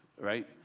right